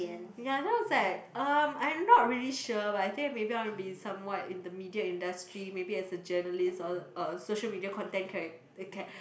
ya then I was like um I'm not really sure but I think maybe I want to be somewhat in the media industry maybe as a journalist or a social media content charac~ cha~